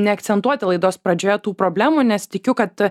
neakcentuoti laidos pradžioje tų problemų nes tikiu kad